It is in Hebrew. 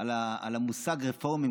המושג רפורמים,